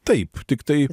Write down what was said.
taip tiktai